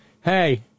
Hey